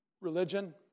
religion